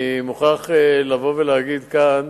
אני מוכרח לבוא ולהגיד כאן